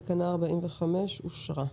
תקנה 45 אושרה פה-אחד.